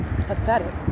pathetic